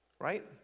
Right